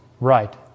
right